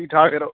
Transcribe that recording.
ठीक ठाक यरो